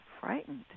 frightened